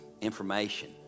information